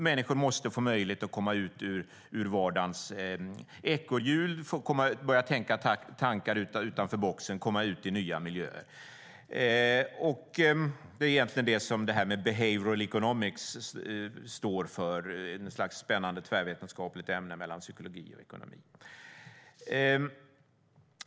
Människor måste få möjlighet att komma ut ur vardagens ekorrhjul, börja tänka tankar utanför boxen och komma ut i nya miljöer. Det är egentligen det som behavioral economics står för, ett slags spännande tvärvetenskapligt ämne mellan psykologi och ekonomi.